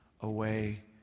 away